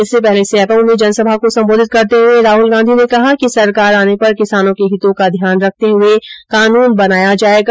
इससे पहले सेपऊ में जनसभा को संबोधित करते हुए राहुल गांधी ने कहा कि सरकार आने पर पर किसानों के हितों का ध्यान रखते हुए कानून बनाया जाएगा